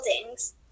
buildings